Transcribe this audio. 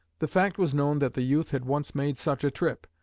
the fact was known that the youth had once made such a trip,